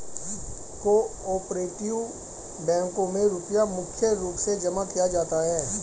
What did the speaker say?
को आपरेटिव बैंकों मे रुपया मुख्य रूप से जमा किया जाता है